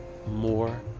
more